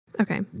Okay